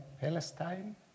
Palestine